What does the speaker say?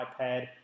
iPad